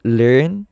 learn